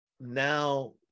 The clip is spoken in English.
now